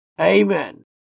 Amen